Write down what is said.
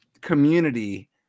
community